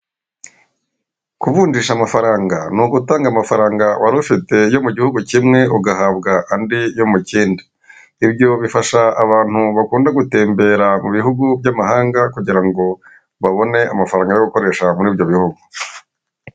Kuvunjisha amafaranga ni ugutanga amafaranga wari ufite yo mu gihugu kimwe ugahabwa andi yo mu kindi. Ibyo bifasha abantu bakunda gutembera mu bihugu by'amahanga, kugirango babone amafaranga yo gukoresha muri ibyo bihugu.